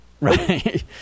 right